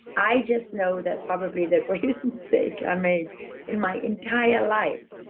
i just know that probably the greatest mistake i made in my entire life,